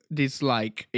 dislike